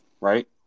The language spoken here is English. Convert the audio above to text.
right